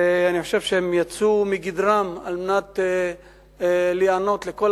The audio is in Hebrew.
ואני חושב שהם יצאו מגדרם על מנת להיענות לכל